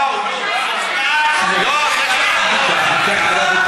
לא צריך,